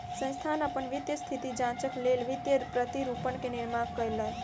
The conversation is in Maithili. संस्थान अपन वित्तीय स्थिति जांचक लेल वित्तीय प्रतिरूपण के निर्माण कयलक